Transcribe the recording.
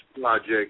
Project